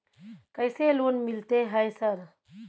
कैसे लोन मिलते है सर?